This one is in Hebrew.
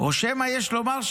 או שמא יש לומר,